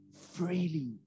freely